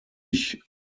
ich